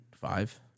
five